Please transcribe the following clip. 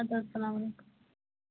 اَدٕ حظ السلام علیکُم